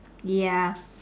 ya